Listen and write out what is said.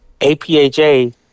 APHA